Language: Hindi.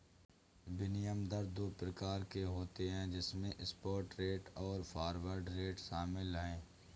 विनिमय दर दो प्रकार के होते है जिसमे स्पॉट रेट और फॉरवर्ड रेट शामिल है